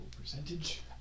percentage